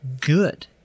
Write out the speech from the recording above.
good